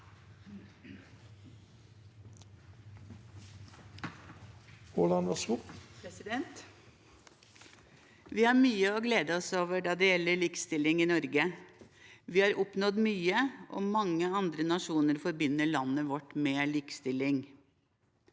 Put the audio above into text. Aaland (A) Vi har mye å gle- de oss over når det gjelder likestilling i Norge. Vi har oppnådd mye, og mange andre nasjoner forbinder landet vårt med likestilling.